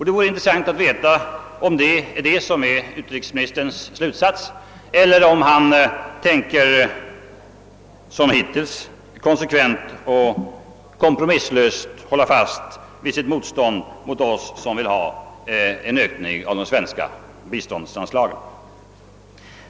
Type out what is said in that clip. Det vore intressant att veta, om detta är utrikesministerns slutsats eller om han som hittills konsekvent och kompromisslöst håller fast vid sitt motstånd mot oss som vill ha en ökning av de svenska biståndsanslagen.